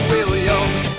Williams